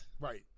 Right